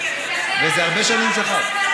וזה הרבה שנים שכב.